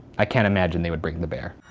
i can't imagine they would bring the bear.